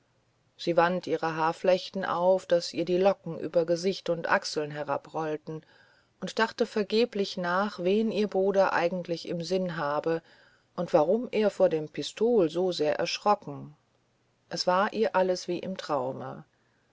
sie wand ihre haarflechten auf daß ihr die locken über gesicht und achseln herabrollten und dachte vergeblich nach wen ihr bruder eigentlich im sinn habe und warum er vor dem pistol so sehr erschrocken es war ihr alles wie im traume